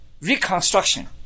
reconstruction